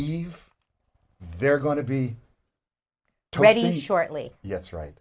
eve they're going to be twenty shortly yes right